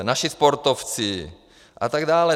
Naši sportovci a tak dále.